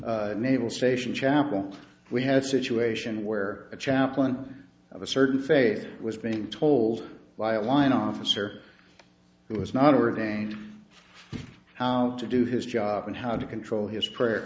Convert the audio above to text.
the naval station chapel we had a situation where a chaplain of a certain faith was being told by a line officer it was not ordained how to do his job and how to control his prayer